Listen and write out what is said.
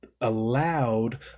Allowed